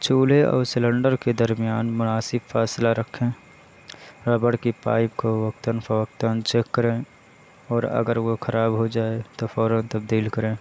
چولہے اور سیلنڈر کے درمیان مناسب فاصلہ رکھیں ربڑ کی پائپ کو وقتاً فوقتاً چیک کریں اور اگر وہ خراب ہو جائے تو فوراً تبدیل کریں